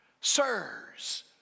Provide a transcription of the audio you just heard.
Sirs